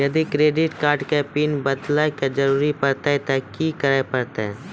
यदि credit card के pin बदले के जरूरी परतै ते की करे परतै?